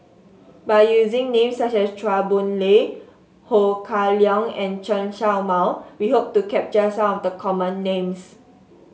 by using names such as Chua Boon Lay Ho Kah Leong and Chen Show Mao we hope to capture some of the common names